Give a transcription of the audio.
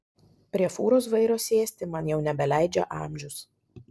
prie fūros vairo sėsti man jau nebeleidžia amžius